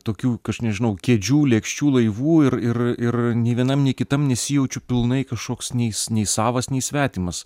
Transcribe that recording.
tokių kaš nežinau kėdžių lėkščių laivų ir ir ir nė vienam nė kitam nesijaučiu pilnai kažkoks nei nei savas nei svetimas